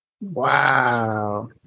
Wow